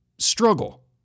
struggle